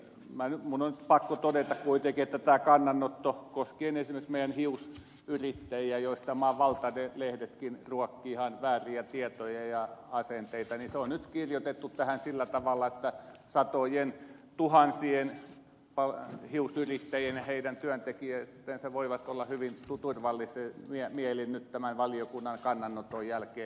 minun on pakko todeta kuitenkin että tämä kannanotto koskien esimerkiksi meidän hiusyrittäjiämme joista maan valtalehdetkin ruokkivat ihan vääriä tietoja ja asenteita on nyt kirjoitettu tähän sillä tavalla että sadattuhannet hiusyrittäjät ja heidän työntekijänsä voivat olla hyvin turvallisin mielin nyt tämän valiokunnan kannanoton jälkeen